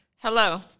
Hello